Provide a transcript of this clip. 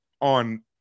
on